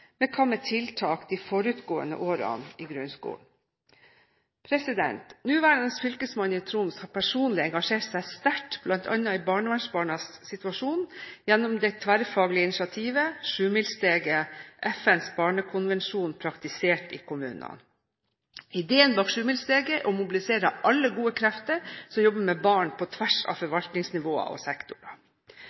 med tiltak de forutgående ni årene i grunnskolen? Den nåværende fylkesmannen i Troms har personlig engasjert seg sterkt bl.a. i barnevernbarnas situasjon gjennom det tverrfaglige initiativet Sjumilssteget, FNs barnekonvensjon praktisert i kommunen. Ideen bak Sjumilssteget er å mobilisere alle gode krefter som jobber med barn, på tvers av forvaltningsnivåer og sektorer.